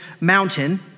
mountain